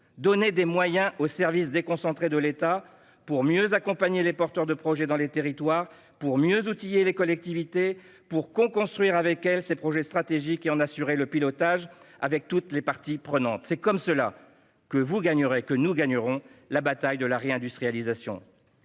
donnez des moyens aux services déconcentrés de l'État pour mieux accompagner les porteurs de projets dans les territoires, pour mieux outiller les collectivités, pour coconstruire avec elles ces projets stratégiques et en assurer le pilotage, avec toutes les parties prenantes ! C'est ainsi que nous gagnerons, ensemble, la bataille de la réindustrialisation.